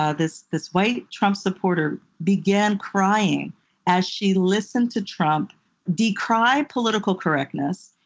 ah this this white trump supporter, began crying as she listened to trump decry political correctness,